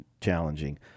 challenging